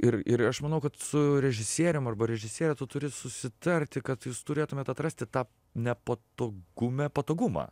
ir ir aš manau kad su režisierium arba režisiere tu turi susitarti kad jūs turėtumėt atrasti tą nepatogume patogumą